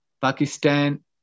Pakistan